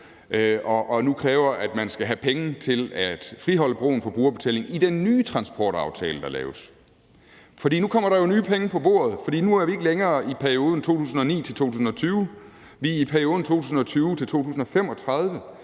og nu kræver, at man skal have penge til at friholde broen for brugerbetaling i den nye transportaftale, der laves – for nu kommer der jo nye penge på bordet, da vi nu ikke længere er i perioden 2009-2020, men i perioden 2020-2035,